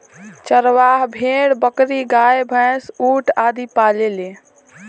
चरवाह भेड़, बकरी, गाय, भैन्स, ऊंट आदि पालेले